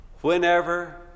Whenever